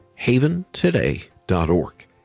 haventoday.org